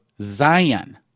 Zion